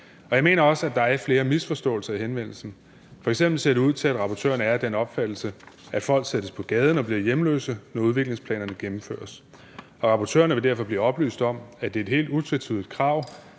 Jeg mener også, at der er flere misforståelser i henvendelsen. F.eks. ser det ud til, at rapportørerne er af den opfattelse, at folk sættes på gaden og bliver hjemløse, når udviklingsplanerne gennemføres. Rapportørerne vil derfor blive oplyst om, at det er et helt utvetydigt krav,